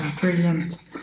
Brilliant